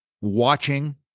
watching